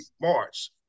March